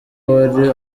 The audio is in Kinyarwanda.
bari